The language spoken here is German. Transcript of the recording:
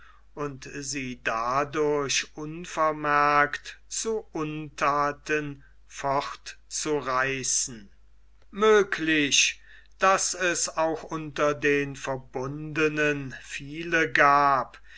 und sie dadurch unvermerkt zu unthaten fortzureißen möglich daß es auch unter den verbundenen viele gab